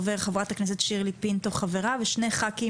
חברת הכנסת שירלי פינטו ושני חברי כנסת